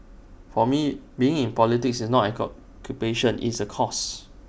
for me being in politics is not an occupation it's A cause